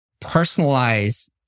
personalize